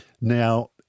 Now